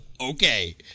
Okay